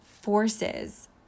forces